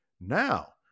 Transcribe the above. Now